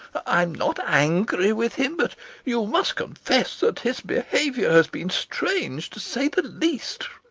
i am not angry with him, but you must confess that his behaviour has been strange, to say the least.